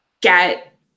get